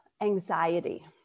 anxiety